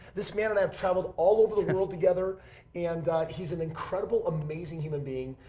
this man and i have traveled all over the world together and he's an incredible amazing human being.